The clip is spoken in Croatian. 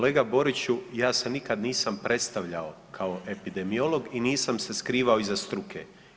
Kolega Boriću ja se nikada nisam predstavljao kao epidemiolog i nisam se skrivao iza struke.